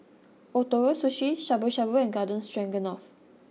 Ootoro Sushi Shabu Shabu and Garden Stroganoff